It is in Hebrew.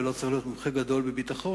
ולא צריך להיות מומחה גדול בביטחון,